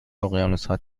اقیانوسها